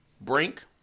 Brink